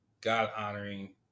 God-honoring